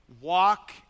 Walk